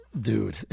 Dude